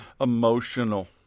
emotional